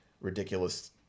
ridiculous